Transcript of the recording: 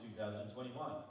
2021